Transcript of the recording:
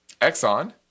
Exxon